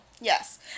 Yes